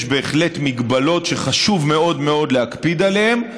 יש בהחלט הגבלות שחשוב מאוד מאוד להקפיד עליהן,